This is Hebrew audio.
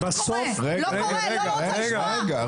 לא קורה! לא רוצה לשמוע,